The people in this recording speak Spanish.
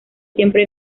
siempre